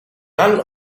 none